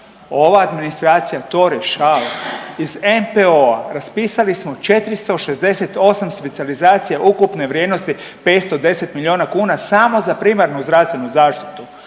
Ova administracija to rješava. Iz NPOO-a raspisali smo 468 specijalizacija ukupne vrijednosti 510 milijuna kuna samo za primarnu zdravstvenu zaštitu.